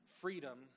freedom